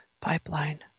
pipeline